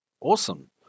awesome